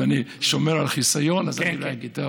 אם אדוני שומר על חיסיון, אז אני לא אגיד.